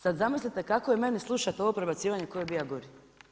Sad zamislite kako je meni slušati ovo prebacivanje tko je bio gori.